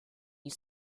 you